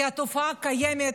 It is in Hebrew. כי התופעה קיימת.